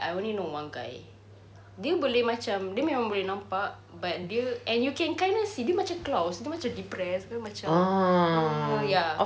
I only know one guy dia boleh macam dia memang boleh nampak but dia and you can kind of see dia macam claus dia macam depressed dia macam mm ya